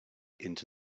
into